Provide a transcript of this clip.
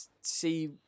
see